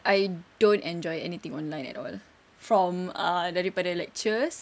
I don't enjoy anything online at all from ah daripada lectures